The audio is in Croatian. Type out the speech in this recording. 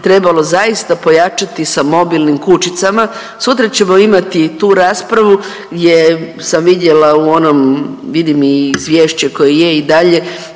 trebalo zaista pojačati sa mobilnim kućicama. Sutra ćemo imati tu raspravu, gdje sam vidjela u onom vidim i izvješće koje je i dalje